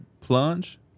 Plunge